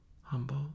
humble